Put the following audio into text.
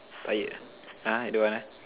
tired ah !huh! don't want ah